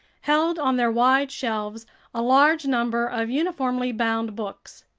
held on their wide shelves a large number of uniformly bound books.